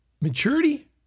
maturity